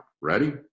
ready